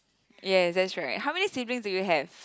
yes that's right how many siblings do you have